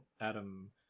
adam